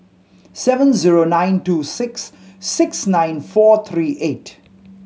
seven zero nine two six six nine four three eight